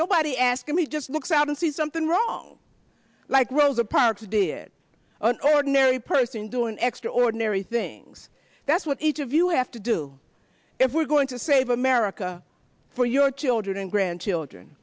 nobody asked me just looks out and sees something wrong like rosa parks did an ordinary person doing extraordinary things that's what each of you have to do if we're going to save america for your children and grandchildren